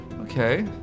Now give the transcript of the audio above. Okay